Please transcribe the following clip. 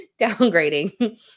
downgrading